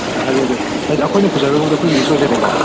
ꯍꯥꯏꯕꯗꯤ ꯑꯩꯈꯣꯏꯅ ꯄꯨꯖꯔꯕꯨꯗꯤ ꯑꯩꯈꯣꯏꯅ ꯔꯤꯛꯁ ꯑꯣꯏꯖꯔꯦꯀꯣ